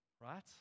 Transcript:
right